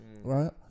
right